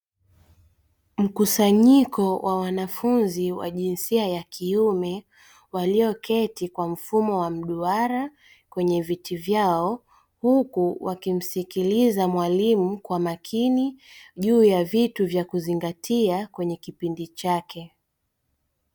Mkusanyiko wa wanafunzi wa jinsia ya kiume walioketi kwa mfumo wa mduara kwenye viti vyao, huku wakimsikiliza mwalimu kwa makini juu ya vitu vya kuzingatia kwenye kipindi chake.